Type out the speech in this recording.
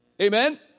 Amen